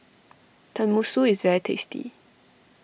Tenmusu is very tasty